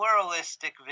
pluralistic